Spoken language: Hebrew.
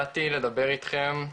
באתי לדבר איתכם.